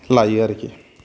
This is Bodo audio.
लायो आरोखि